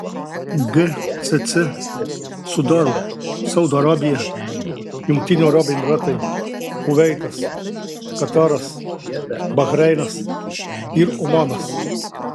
gcc sudaro saudo arabija jungtinių arabų emyratai kuveitas kataras bahreinas ir omanas